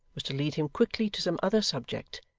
was to lead him quickly to some other subject,